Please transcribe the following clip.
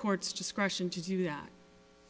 court's discretion to do that